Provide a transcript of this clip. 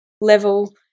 level